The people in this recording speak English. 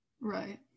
Right